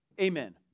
Amen